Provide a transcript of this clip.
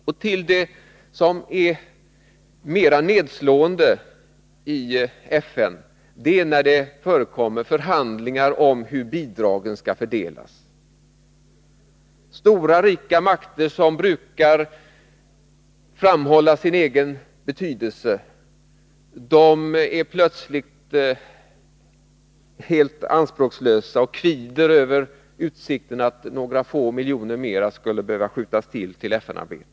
Något av det mest nedslående i FN är förhandlingarna om hur bidragen skall fördelas: Stora rika makter som brukar framhålla sin egen betydelse blir plötsligt anspråkslösa och kvider över att några få ytterligare miljoner skulle behöva skjutas till för FN-arbetet.